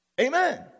Amen